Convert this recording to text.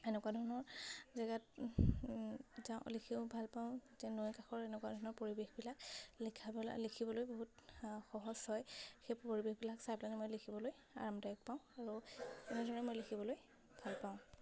এনেকুৱা ধৰণৰ জেগাত যাওঁ লিখিও ভালপাওঁ যে নৈ কাষৰ এনেকুৱা ধৰণৰ পৰিৱেশবিলাক লিখিবলৈ লিখিবলৈ বহুত সহজ হয় সেই পৰিৱেশবিলাক চাই পেলাহেনি মই লিখিবলৈ আৰামদায়ক পাওঁ আৰু এনেধৰণে মই লিখিবলৈ ভালপাওঁ